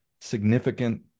significant